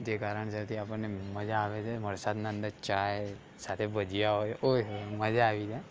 જે કારણસરથી આપણને મજા આવે છે વરસાદના અંદર ચા સાથે ભજીયાં હોય ઓય હોય મજા આવી જાય